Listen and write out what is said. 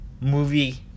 movie